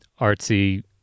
artsy